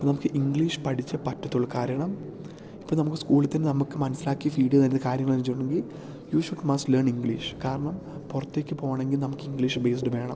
ഇപ്പം നമുക്ക് ഇംഗ്ലീഷ് പഠിച്ചേ പറ്റത്തുള്ളു കാരണം ഇപ്പം നമുക്ക് സ്കൂളിൽ തന്നെ നമുക്ക് മനസിലാക്കി ഫീഡ് ചെയ്ത് തരുന്ന കാര്യങ്ങള് ചോദിച്ചിട്ടുണ്ടെങ്കിൽ you should must learn English കാരണം പുറത്തേക്ക് പോകണമെങ്കിൽ നമുക്ക് ഇംഗ്ലീഷ് ബേസ്ഡ് വേണം